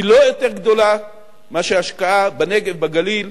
היא לא יותר גדולה מאשר ההשקעה בנגב, בגליל,